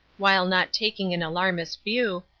while not taking an alarmist view,